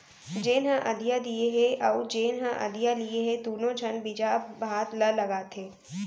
जेन ह अधिया दिये हे अउ जेन ह अधिया लिये हे दुनों झन बिजहा भात ल लगाथें